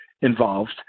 involved